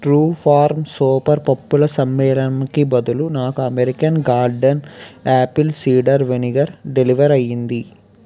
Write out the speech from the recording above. true Farm super పప్పుల సమ్మేళనంకి బదులు నాకు American Garden apple cider vinegar deliver అయ్యింది